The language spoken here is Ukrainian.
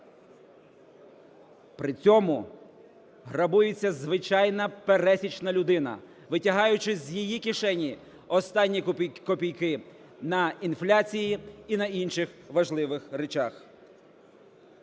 При цьому грабується звичайна пересічна людина, витягаючи з її кишені останні копійки на інфляції і на інших важливих речах.